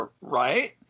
right